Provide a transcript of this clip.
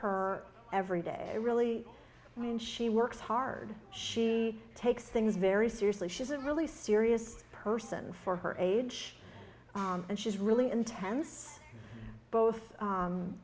her every day really when she works hard she takes things very seriously she's a really serious person for her age and she's really intense both